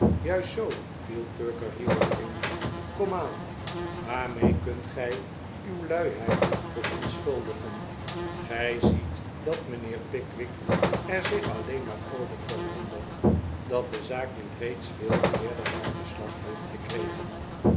juist zoo viel perker hierop in komaan waarmee kunt gij uw luiheid verontschuldigen gij ziet dat mijnheer pickwick er zich alleen maar over verwondert dat de zaak niet reeds veel eerder haar beslag heeft gekregen